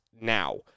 now